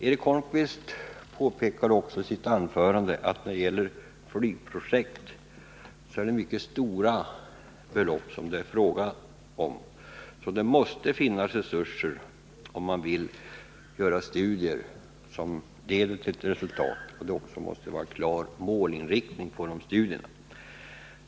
Eric Holmqvist påpekade också i sitt anförande att när det gäller flygplansprojekt är det mycket stora belopp det är fråga om, så det måste finnas resurser om man vill göra studier som leder till resultat. Det måste också vara en klar målinriktning på de studierna.